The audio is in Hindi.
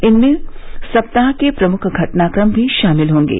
इसमें सप्ताह के प्रमुख घटनाक्रम भी शामिल होंगे